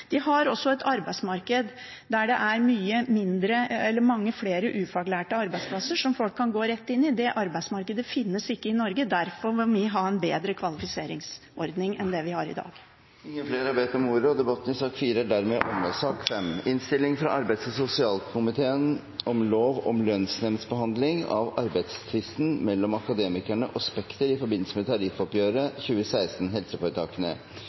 De har også et arbeidsmarked der det er mange flere ufaglærte arbeidsplasser som folk kan gå rett inn i. Det arbeidsmarkedet finnes ikke i Norge, og derfor må vi ha en bedre kvalifiseringsordning enn vi har i dag. Flere har ikke bedt om ordet til sak nr. 4. Etter ønske fra arbeids- og sosialkomiteen vil presidenten foreslå at taletiden blir begrenset til 5 minutter til hver partigruppe og 5 minutter til medlemmer av